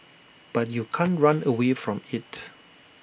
but you can't run away from IT